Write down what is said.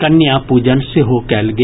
कन्या पूजन सेहो कयल गेल